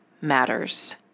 Matters